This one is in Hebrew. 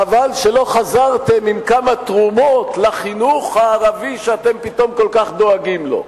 חבל שלא חזרתם עם כמה תרומות לחינוך הערבי שאתם פתאום כל כך דואגים לו.